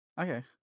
okay